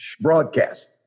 broadcast